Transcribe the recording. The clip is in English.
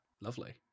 Lovely